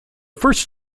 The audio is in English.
first